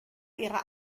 ihrer